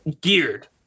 geared